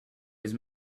his